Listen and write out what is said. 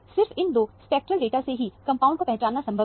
सिर्फ इन दो स्पेक्ट्रेल डाटा से ही कंपाउंड को पहचानना संभव है